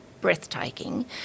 breathtaking